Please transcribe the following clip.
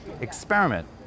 Experiment